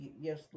yes